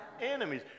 enemies